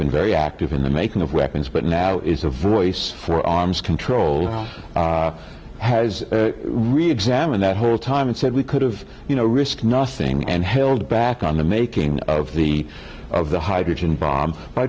been very active in the making of weapons but now is a voice for arms control has reexamined that whole time and said we could have you know risk nothing and held back on the making of the of the hydrogen bomb